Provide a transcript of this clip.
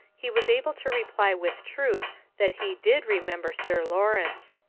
he was able to reply with truth that he did remember sir lawrence.